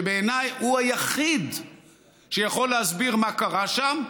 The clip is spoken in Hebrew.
שבעיניי הוא היחיד שיכול להסביר מה קרה שם,